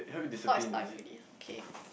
thought is time already okay